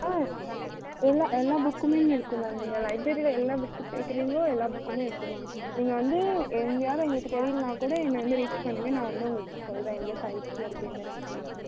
ஆ எல்லா எல்லா புக்குமே இருக்குது மேம் நீங்கள் லைப்ரரியில் என்ன புக்கு கேட்குறீங்ளோ எல்லா புக்குமே இருக்கும் மேம் நீங்கள் வந்து எங்கேயாது உங்களுக்கு தெரியலன்னா கூட என்ன வந்து ரீச் பண்ணுங்கள் நான் வந்து உங்களுக்கு சொல்கிறேன் எந்த சைட்ஸ்ஸில் இருக்குது எந்த ராக்கில் இருக்குதுன்னு